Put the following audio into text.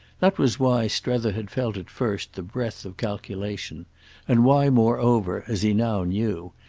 that was why strether had felt at first the breath of calculation and why moreover, as he now knew,